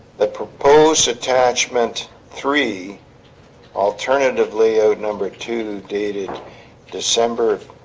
the proposed attachment three alternatively ode number two two dated december